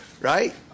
right